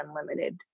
unlimited